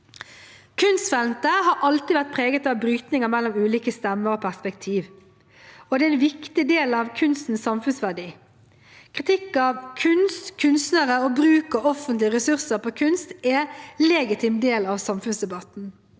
Kunstfeltet har alltid vært preget av brytninger mellom ulike stemmer og perspektiver, og det er en viktig del av kunstens samfunnsverdi. Kritikk av kunst, kunstnere og bruk av offentlige ressurser på kunst er en legitim del av samfunnsdebatten.